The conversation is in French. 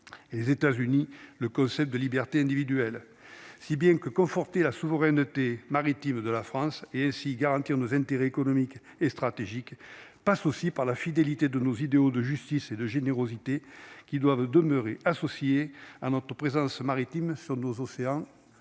et les États-Unis, le concept de liberté individuelle, si bien que conforter la souveraineté maritime de la France et ainsi garantir nos intérêts économiques et stratégiques passe aussi par la fidélité de nos idéaux de justice et de générosité qui doivent demeurer associé à notre présence maritime sur nos océans